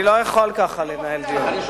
אני לא יכול ככה לנהל דיון.